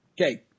Okay